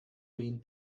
been